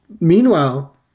meanwhile